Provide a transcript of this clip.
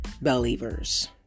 Believers